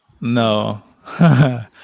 no